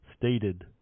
stated